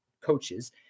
coaches